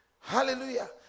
Hallelujah